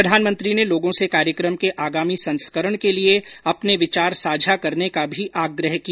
प्रधानमंत्री ने लोगों से कार्यक्रम के आगामी संस्करण के लिए अपने विचार साझा करने का भी आग्रह किया